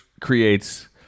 creates